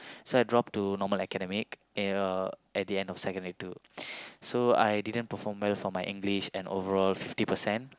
so I dropped to normal academic eh uh at the end of secondary two so I didn't perform well for my English and overall fifty percent